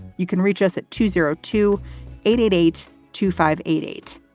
you can reach us at two zero two eight eight eight two five eight eight.